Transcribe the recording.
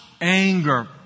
anger